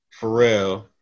Pharrell